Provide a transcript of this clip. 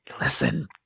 Listen